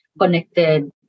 connected